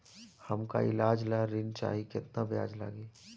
हमका ईलाज ला ऋण चाही केतना ब्याज लागी?